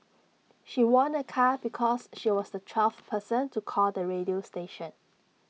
she won A car because she was the twelfth person to call the radio station